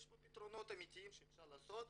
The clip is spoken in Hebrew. יש פה פתרונות אמתיים שאפשר לעשות,